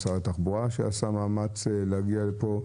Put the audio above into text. משרד התחבורה שעשה מאמץ להגיע לכאן.